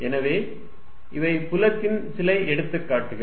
எனவே இவை புலத்தின் சில எடுத்துக்காட்டுகள்